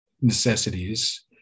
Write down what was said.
necessities